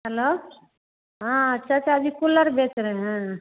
hello हाँ चाचा जी कुलर बेच रहे हैं